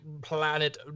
planet